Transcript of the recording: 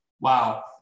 Wow